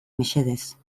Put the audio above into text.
mesedez